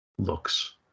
looks